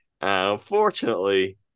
Unfortunately